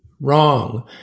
wrong